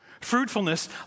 fruitfulness